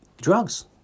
drugs